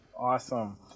awesome